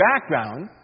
background